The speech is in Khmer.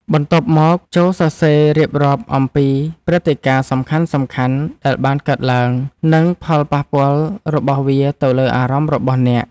បន្ទាប់មក ចូលសរសេររៀបរាប់អំពីព្រឹត្តិការណ៍សំខាន់ៗដែលបានកើតឡើង និងផលប៉ះពាល់របស់វាទៅលើអារម្មណ៍របស់អ្នក។